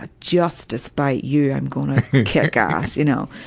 ah just to spite you i'm gonna kick ass, you know.